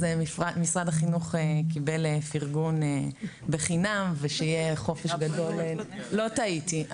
אז משרד החינוך קיבל פירגון בחינם ושיהיה חופש גדול --- לא טעית.